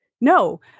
No